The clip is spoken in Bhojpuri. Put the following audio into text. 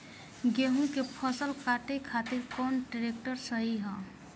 गेहूँ के फसल काटे खातिर कौन ट्रैक्टर सही ह?